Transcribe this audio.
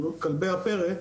כלבי הפרא,